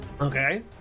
Okay